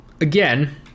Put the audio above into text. again